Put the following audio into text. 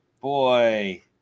boy